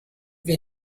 wir